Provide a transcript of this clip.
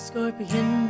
Scorpion